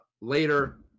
later